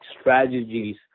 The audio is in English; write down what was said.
strategies